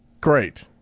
Great